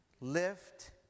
Lift